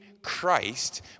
Christ